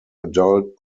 adult